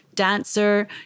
dancer